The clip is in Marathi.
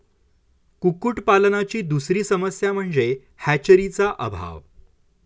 कुक्कुटपालनाची दुसरी समस्या म्हणजे हॅचरीचा अभाव